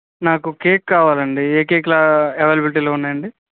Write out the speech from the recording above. నాకు కేక్ కావాలండి ఏ కేక్ అవైలబిలిటీలో ఉన్నాయి అండి